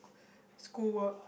school work